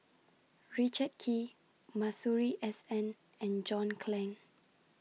Richard Kee Masuri S N and John Clang